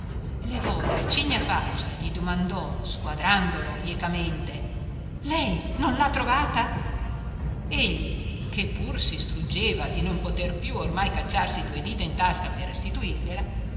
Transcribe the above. levò l'arcigna faccia e gli domandò squadrandolo biecamente lei non l'ha trovata egli che pur si struggeva di non poter più ormai cacciarsi due dita in tasca per restituirgliela